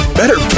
better